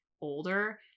older